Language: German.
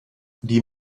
die